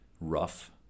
rough